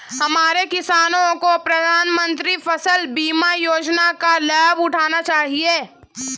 हमारे किसानों को प्रधानमंत्री फसल बीमा योजना का लाभ उठाना चाहिए